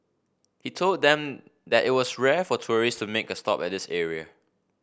he told them that it was rare for tourists to make a stop at this area